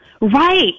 right